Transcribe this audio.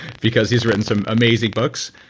because he's written some amazing books.